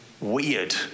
weird